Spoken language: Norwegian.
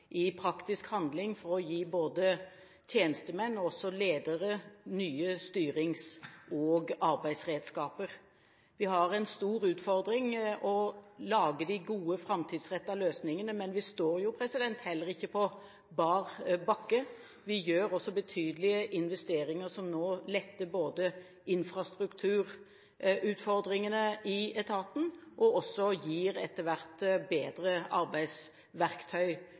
i praktisk handling, slik at det gir både tjenestemenn og ledere nye styrings- og arbeidsredskaper. Vi har en stor utfordring i å lage de gode, framtidsrettede løsningene, men vi står jo ikke på bar bakke. Vi foretar betydelige investeringer som både letter infrastrukturutfordringene i etaten, og som etter hvert gir bedre arbeidsverktøy